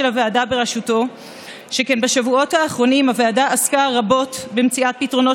הוועדה בראשותו שכן בשבועות האחרונים הוועדה עסקה רבות במציאת פתרונות